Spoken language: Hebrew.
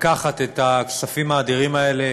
לקחת את הכספים האדירים האלה,